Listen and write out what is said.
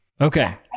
Okay